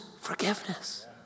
forgiveness